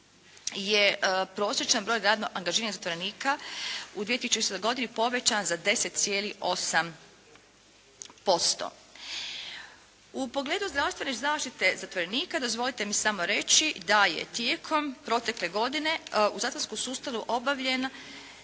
je prosječan broj radno angažiranih zatvorenika u 2006. godini povećan za 10,8%. U pogledu zdravstvene zaštite zatvorenika dozvolite mi samo reći da je tijekom protekle godine u zatvorskom sustavu obavljen